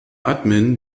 admin